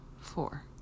four